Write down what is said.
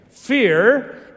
Fear